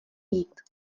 jít